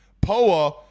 Poa